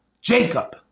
Jacob